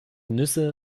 nüsse